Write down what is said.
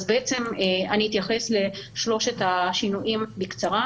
אני אתייחס לשלושת השינויים בקצרה: